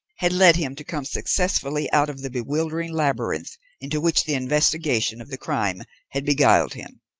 had led him to come successfully out of the bewildering labyrinth into which the investigation of the crime had beguiled him.